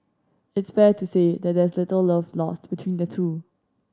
it's fair to say that there's little love lost between the two